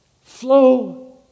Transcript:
flow